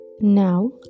Now